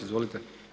Izvolite.